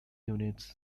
units